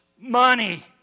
money